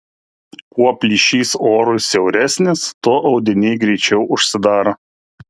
kuo plyšys orui siauresnis tuo audiniai greičiau užsidaro